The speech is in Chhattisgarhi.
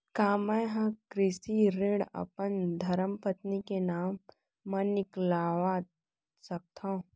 का मैं ह कृषि ऋण अपन धर्मपत्नी के नाम मा निकलवा सकथो?